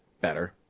Better